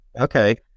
Okay